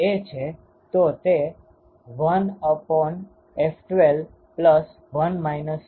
તો તે 1F12 1 11 થશે